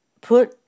put